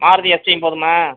Maruti S steam போதுமா